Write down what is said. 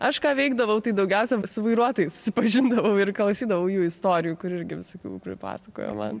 aš ką veikdavau tai daugiausiai su vairuotojais susipažindavau ir klausydavau jų istorijų kur irgi visokių pripasakojo man